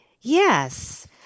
Yes